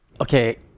Okay